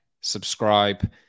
subscribe